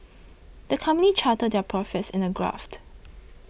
the company charted their profits in a graph